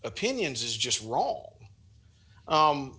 opinions is just wrong